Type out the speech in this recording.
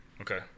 Okay